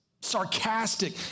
sarcastic